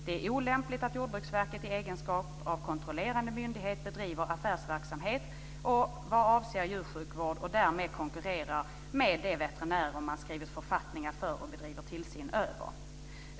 Det är olämpligt att Jordbruksverket i egenskap av konrollerande myndighet bedriver affärsverksamhet vad avser djursjukvård och därmed konkurrerar med de veterinärer som man skrivit författningar för och bedriver tillsyn över."